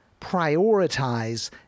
Prioritize